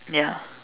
ya